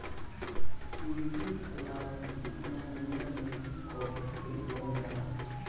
एकरी अलावा चिकमंगलूर में भी काफी के बोअल जाला